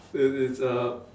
it it's a